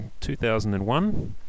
2001